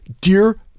dear